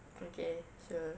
okay sure